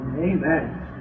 Amen